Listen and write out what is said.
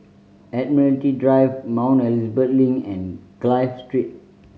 Admiralty Drive Mount Elizabeth Link and Clive Street